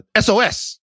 SOS